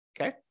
Okay